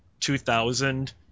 2000